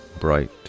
bright